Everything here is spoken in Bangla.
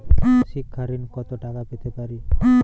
শিক্ষা ঋণ কত টাকা পেতে পারি?